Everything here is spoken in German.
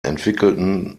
entwickelten